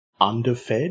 underfed